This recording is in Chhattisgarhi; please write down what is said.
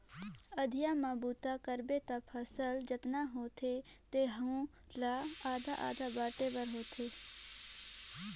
अधिया म बूता करबे त फसल जतना होथे तेहू ला आधा आधा बांटे बर पड़थे